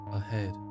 ahead